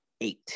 eight